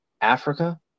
africa